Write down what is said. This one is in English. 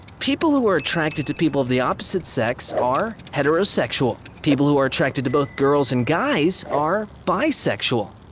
people who are attracted to people of the opposite sex are heterosexual. people who are attracted to both girls and guys are bisexual.